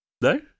No